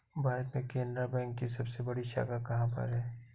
भारत में केनरा बैंक की सबसे बड़ी शाखा कहाँ पर है?